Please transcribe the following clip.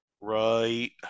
Right